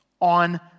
on